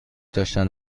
داشتند